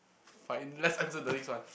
but eh let's answer the next one